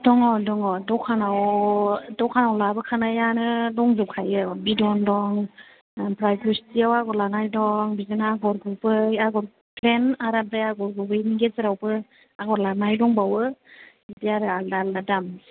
दङ दङ दखानाव दखानाव लाबोखानायानो दंजोबखायो बिदन दं ओमफ्राय गुसथिआव आगर लानाय दं बिदिनो आगर गुबै आगर गुफेन आरो ओमफ्राय गुबैनि गेजेरावबो आगर लानाय दंबावो बिदि आरो आलदा आलदा दाम